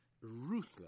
ruthless